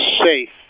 safe